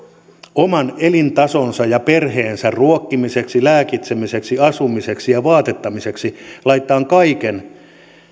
oman elintasonsa ylläpitämiseksi ja perheensä ruokkimiseksi lääkitsemiseksi asumiseksi ja vaatettamiseksi laittamaan kaiken